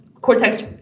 cortex